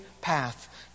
path